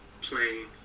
playing